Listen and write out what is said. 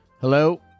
Hello